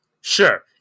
sure